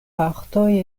partoj